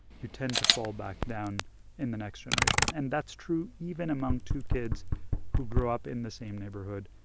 you tend to fall back down in the next generation. and that's true even among two kids who grow up in the same neighborhood,